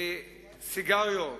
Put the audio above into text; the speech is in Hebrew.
סיגריות,